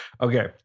Okay